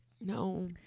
No